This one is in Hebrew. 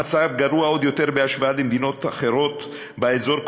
המצב גרוע עוד יותר בהשוואה למדינות אחרות באזור,